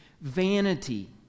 vanity